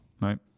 right